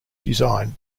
designed